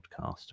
Podcast